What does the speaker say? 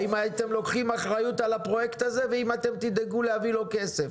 האם אתם לוקחים אחריות על הפרויקט הזה והאם אתם תדאגו להביא לו כסף.